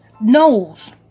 knows